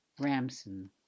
Ramson